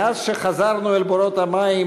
מאז "חזרנו אל בורות המים,